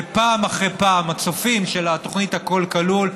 ופעם אחר פעם הצופים של התוכנית "הכול כלול",